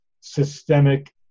systemic